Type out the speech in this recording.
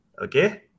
Okay